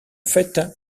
faite